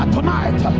Tonight